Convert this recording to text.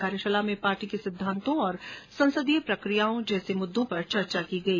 कार्यशाला में पार्टी के सिद्दान्तों और संसदीय प्रक्रियाओं जैसे मुद्दों पर चर्चा की गई